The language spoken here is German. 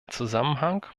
zusammenhang